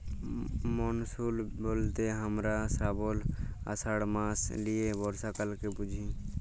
monsoon ব্যলতে হামরা শ্রাবল, আষাঢ় মাস লিয়ে বর্ষাকালকে বুঝি